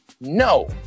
No